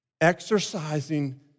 Exercising